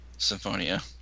Symphonia